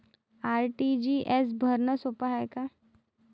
RTGS भरनं सोप हाय का?